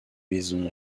maisons